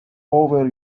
over